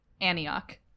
Antioch